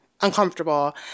uncomfortable